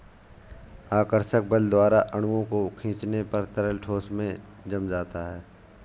आकर्षक बल द्वारा अणुओं को खीचने पर तरल ठोस में जम जाता है